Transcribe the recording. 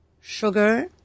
sugar